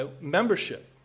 membership